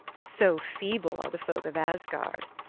so feeble are the folk of asgard!